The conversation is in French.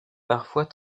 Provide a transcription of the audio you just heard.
parfois